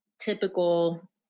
typical